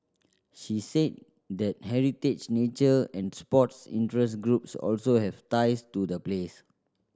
she said that heritage nature and sports interest groups also have ties to the place